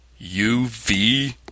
UV